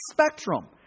spectrum